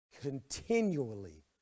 continually